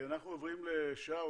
אנחנו עוברים לשאול,